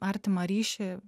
artimą ryšį